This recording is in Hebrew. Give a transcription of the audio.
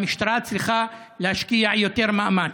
והמשטרה צריכה להשקיע יותר מאמץ.